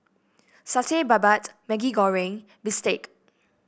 Satay Babat Maggi Goreng bistake